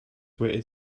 waited